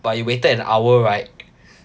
but you waited an hour right